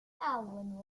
alvin